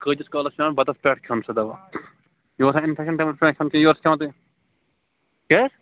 کٍتتِس کالَس پیٚوان بَتَس پیٚٹھ کھیُٚن سُہ دَوا مےٚ باسان اِنفیٚکشن ٹایمَس پیٚٹھ یورٕ چھِ کھیٚوان تُہۍ کیٛاہ حظ